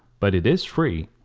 but it is free.